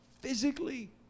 Physically